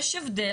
יש הבדל,